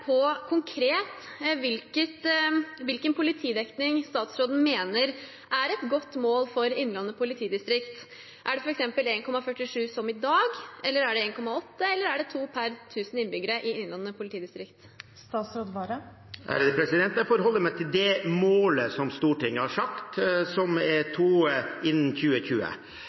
på hvilken politidekning, konkret, statsråden mener er et godt mål for Innlandet politidistrikt – er det f.eks. 1,47 som i dag, er det 1,8 eller det 2 per 1 000 innbyggere? Jeg forholder meg til det målet som Stortinget har satt, som er to innen 2020.